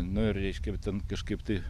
nu ir reiškia ten kažkaip tai